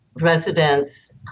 residents